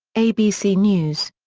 abc news.